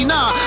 Nah